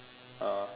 uh